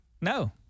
No